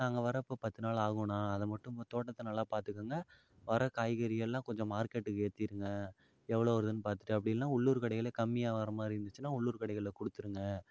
நாங்கள் வர இப்போ பத்து நாள் ஆகும்னா அதை மட்டும் இந்த தோட்டத்தை நல்லா பார்த்துக்கங்க வர காய்கறியெல்லாம் கொஞ்சம் மார்க்கெட்டுக்கு ஏற்றிருங்க எவ்வளோ வருதுன்னு பார்த்துட்டு அப்படி இல்லைனா உள்ளூர் கடையில கம்மியாக வரமாதிரி இருந்துச்சுன்னா உள்ளூர் கடைகளில் கொடுத்துருங்க